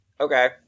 Okay